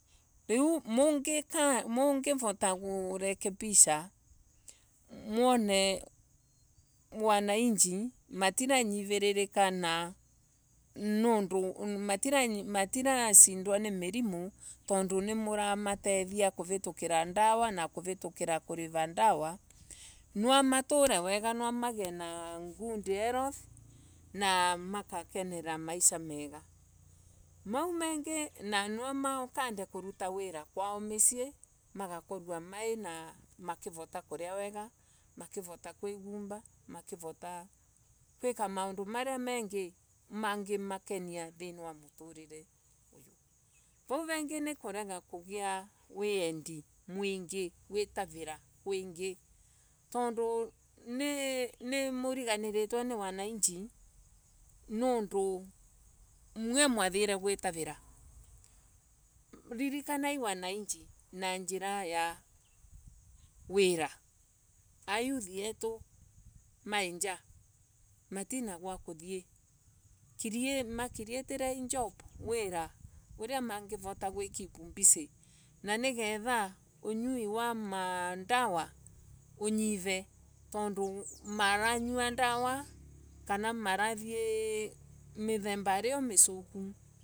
Rio mungurota kurekebisa mwone wananchi matirangi viririka na matirasindwa ni mirimo tondu ni muramatethia kuvitukira ndawa noi kuvitikura kuviva ndawa nwamatuse wega, niwaamagiye na good heaiter na makakenera maisha mega. Na nwamakande kuruta wira kwao murii maraakorwa makivota kuria wega, makivota kwigomba, makivota gwika maundu maria mangimakenia thini wa muturiire, vau vengi ni kurega kugia wiendi mwingi. Guitavira kwingi, tondu nimuriganiritiwe ni wananchi, niundo mue mwathirie guitaviraa. Ririkanai wanachi na njira ya wira. Agutai etu mainja masseatirie job, wira uria mangivota gwakeep busy na niaetha ungui wa mandawa ungive yondu maranyoa dawa kana marathii mithembari iyo mvuku.